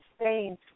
Spain